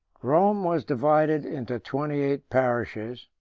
rome was divided into twenty-eight parishes,